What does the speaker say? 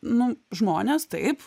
nu žmonės taip